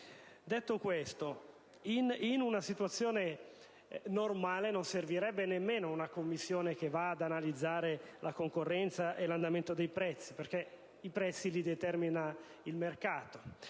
Detto questo, in una situazione normale non servirebbe nemmeno una Commissione che vada ad analizzare la concorrenza e l'andamento dei prezzi, perché i prezzi li determina il mercato;